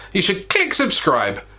you should click subscribe.